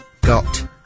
got